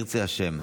אין נמנעים.